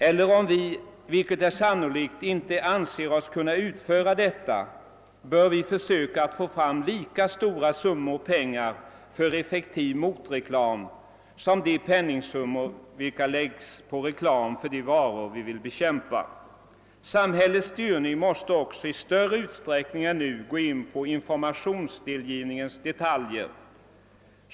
Eller om vi — vilket är sannolikt — inte anser oss kunna utföra detta bör vi försöka få fram lika stora summor pengar för effektiv motreklam som de penningsummor vilka lägges på reklam för de varor vi vill bekämpa. Samhällets styrning måste också i större utsträckning än nu gå in på informationsgivningens detaljer.